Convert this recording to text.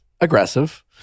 aggressive